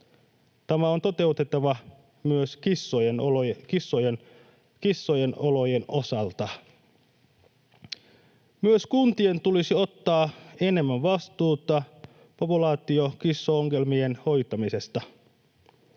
Tämä on toteutettava myös kissojen olojen osalta. Myös kuntien tulisi ottaa enemmän vastuuta populaatiokissaongelmien hoitamisesta.